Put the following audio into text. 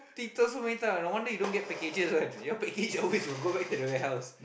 ding-dong so many times no wonder you don't get packages one your package will always go back to the warehouse